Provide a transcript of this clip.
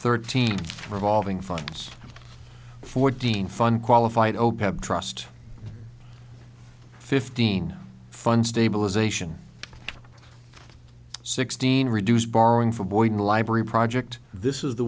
thirteen revolving funds fourteen fun qualified opap trust fifteen fund stabilization sixteen reduce borrowing from boyd library project this is the